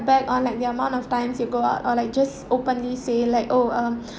back on like the amount of times you go out or like just openly say like oh um